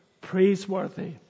praiseworthy